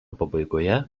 pabaigoje